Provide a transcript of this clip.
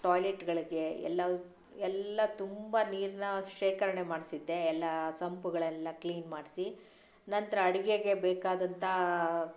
ಟಾಯ್ಲೆಟ್ಗಳಿಗೆ ಎಲ್ಲ ಎಲ್ಲ ತುಂಬ ನೀರಿನ ಶೇಖರಣೆ ಮಾಡಿಸಿದ್ದೆ ಎಲ್ಲ ಸಂಪುಗಳೆಲ್ಲ ಕ್ಲೀನ್ ಮಾಡಿಸಿ ನಂತರ ಅಡಿಗೆಗೆ ಬೇಕಾದಂಥ